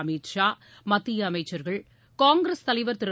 அமீத் ஷா மத்திய அமைச்சர்கள் காங்கிரஸ் தலைவர் திரு